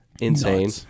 Insane